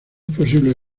posible